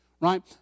right